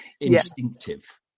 instinctive